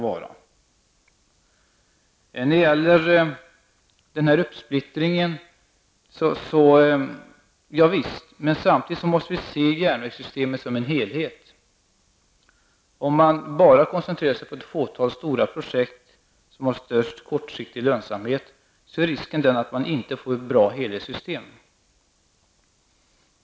I frågan om den uppsplittring som det talats om vill jag säga att vi måste se järnvägssystemet som en helhet. Om man koncentrerar sig på ett fåtal stora projekt, som har den största kortsiktiga lönsamheten, är risken att man inte får ett bra helhetssystem.